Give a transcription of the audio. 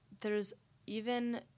there's—even